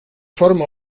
forma